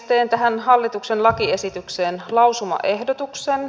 teen tähän hallituksen lakiesitykseen lausumaehdotuksen